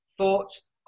thoughts